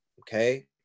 okay